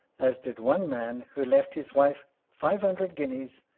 as did one man, who left his wife five hundred guineas,